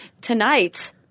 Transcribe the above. tonight –